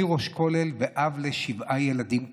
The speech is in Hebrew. אני ראש כולל ואב לשבעה ילדים קטנים.